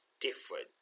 different